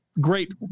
great